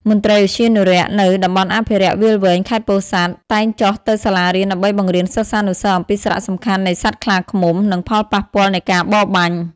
មន្ត្រីឧទ្យានុរក្សនៅ តំបន់អភិរក្សវាលវែង ខេត្តពោធិ៍សាត់ តែងចុះទៅសាលារៀនដើម្បីបង្រៀនសិស្សានុសិស្សអំពីសារៈសំខាន់នៃសត្វខ្លាឃ្មុំ និងផលប៉ះពាល់នៃការបរបាញ់។